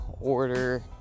order